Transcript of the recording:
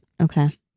Okay